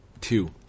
two